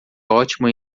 ótimo